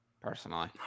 Personally